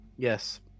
Yes